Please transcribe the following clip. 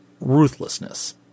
ruthlessness